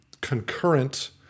concurrent